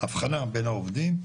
האבחנה בין העובדים,